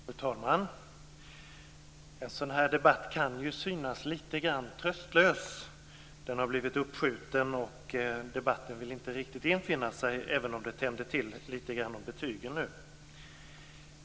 Fru talman! En sådan här debatt kan ju synas litet grand tröstlös. Den har blivit uppskjuten och debatten vill inte riktigt infinna sig även om det tände till litet grand om betygen nu.